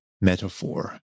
metaphor